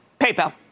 PayPal